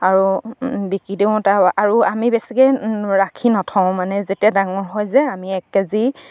আৰু বিকি দিওঁ তাৰ আৰু আমি বেছিকে ৰাখি নথওঁ মানে যেতিয়া ডাঙৰ হৈ যায় আমি এক কেজি